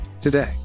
today